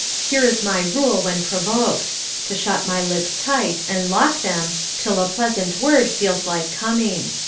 here is my rule when provoked to shut my lips tight and lock them till a pleasant word feels like coming.